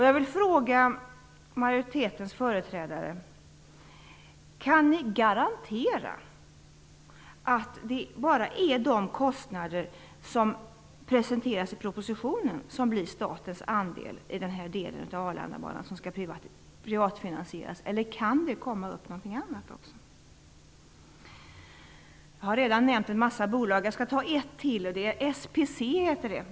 Jag vill fråga majoritetens företrädare: Kan ni garantera att det bara är de kostnader som presenteras i propositionen som blir statens andel i den del av Arlandabanan som skall privatfinansieras, eller kan det komma någonting annat också? Jag har redan nämnt en massa bolag. Jag skall ta ett till. SPC heter det.